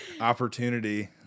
Opportunity